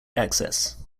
access